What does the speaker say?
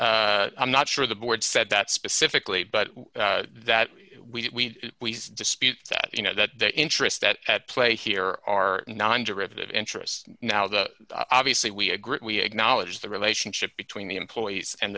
i'm not sure the board said that specifically but that we dispute that you know that the interests that at play here are non derivative interests now that obviously we agreed we acknowledge the relationship between the employees and